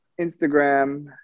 Instagram